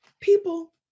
People